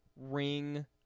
ring